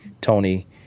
Tony